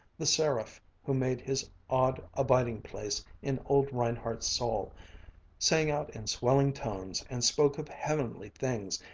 the seraph who made his odd abiding-place in old reinhardt's soul sang out in swelling tones and spoke of heavenly things,